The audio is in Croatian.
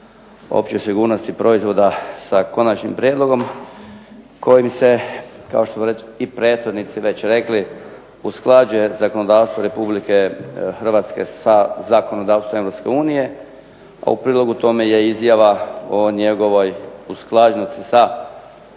općoj sigurnosti proizvoda sa konačnim prijedlogom kojim se, kao što su i prethodnici već rekli, usklađuje zakonodavstvo Republike Hrvatske sa zakonodavstvom Europske unije, a u prilogu tome je izjava o njegovoj usklađenosti sa